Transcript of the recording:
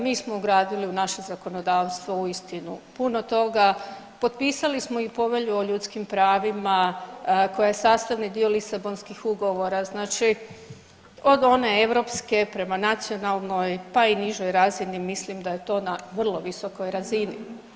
Mi smo ugradili u naše zakonodavstvo uistinu puno toga, popisali smo i Povelju o ljudskim pravima koja je sastavni dio Lisabonskih ugovora, znači od one europske prema nacionalnoj pa i nižoj razini mislim da je to na vrlo visokoj razini.